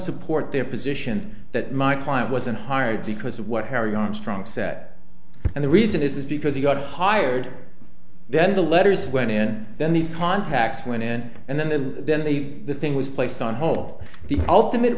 support their position that my client wasn't hired because of what harry armstrong set and the reason is because he got hired then the letters went in then these contacts went in and then the then they the thing was placed on hold the ult